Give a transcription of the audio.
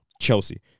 Chelsea